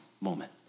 moment